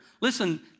Listen